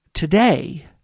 today